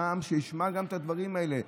שישמע גם את הדברים האלה.